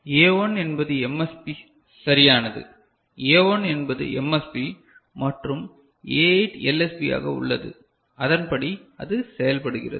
A1 என்பது MSB சரியானது A1 என்பது MSB மற்றும் A8 LSB ஆக உள்ளது அதன்படி அது செயல்படுகிறது